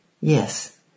Yes